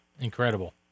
incredible